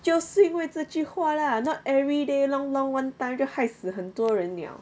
就是因为这句话 lah not everyday long long one time 就害死很多人 liao